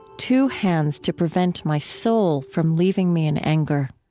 two hands to prevent my soul from leaving me in anger.